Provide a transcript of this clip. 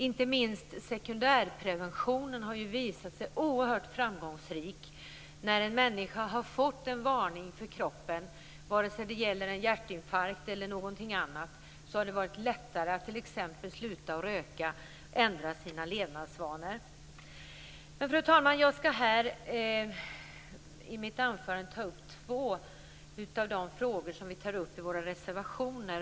Inte minst sekundärpreventionen har ju visat sig oerhört framgångsrik. När en människa har fått en varning från kroppen, vare sig det gäller en hjärtinfarkt eller något annat, har det varit lättare att t.ex. sluta röka och ändra sina levnadsvanor. Fru talman! I mitt anförande här skall jag ta upp två av de frågor som vi tar upp i våra reservationer.